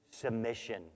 submission